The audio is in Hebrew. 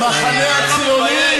השמצתם, תתנצלו.